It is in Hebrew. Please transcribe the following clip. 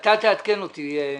תעדכן אותי.